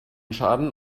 schaden